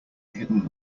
hidden